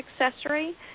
accessory